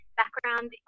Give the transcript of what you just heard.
background